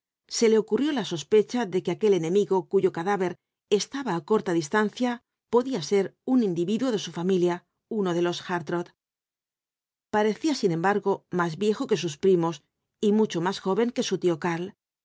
se le ocurrió la sospecha de que aquel enemigo cuyo cadáver estaba á corta distancia podía ser un individuo de su familia uno de los hartrott parecía sin embargo más viejo que sus primos y mucho más joven que su tío karl